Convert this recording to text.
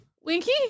Winky